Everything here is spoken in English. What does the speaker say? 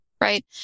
right